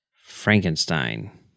Frankenstein